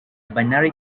binary